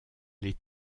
les